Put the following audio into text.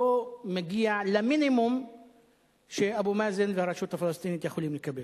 מגיע למינימום שאבו מאזן והרשות הפלסטינית יכולים לקבל.